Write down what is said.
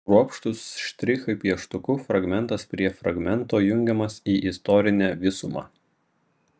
kruopštūs štrichai pieštuku fragmentas prie fragmento jungiamas į istorinę visumą